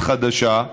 חדשה